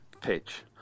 pitch